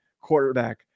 quarterback